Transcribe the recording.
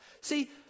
See